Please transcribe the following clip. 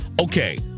Okay